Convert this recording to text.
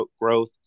growth